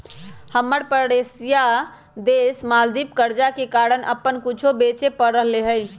हमर परोसिया देश मालदीव कर्जा के कारण अप्पन कुछो बेचे पड़ रहल हइ